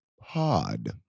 pod